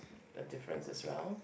a difference as well